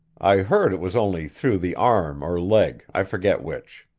i heard it was only through the arm or leg, i forget which.